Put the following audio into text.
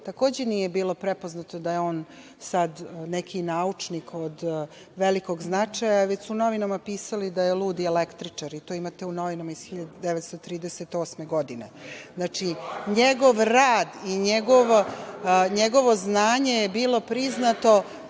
takođe nije bilo prepoznato da je on sad neki naučnik od velikog značaja, već su u novinama pisali da je ludi električar. To imate u novinama iz 1938. godine. Znači, njegov rad i njegovo znanje je bilo priznato